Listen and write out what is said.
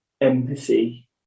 empathy